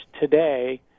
today